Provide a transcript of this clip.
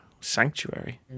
Sanctuary